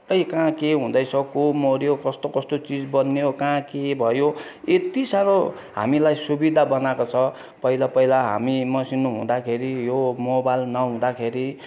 कहाँ के हुँदैछ को मर्यो कस्तो कस्तो चिज बनियो कहाँ के भयो यति साह्रो हामीलाई सुविधा बनाएको छ पहिला पहिला हामी मसिनो हुँदाखेरि यो मोबाइल नहुँदाखेरि